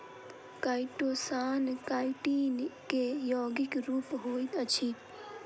chitosan chitin के यौगिक रूप होइत अछि